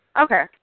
Okay